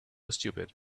stupid